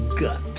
gut